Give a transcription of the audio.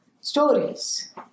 stories